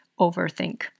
overthink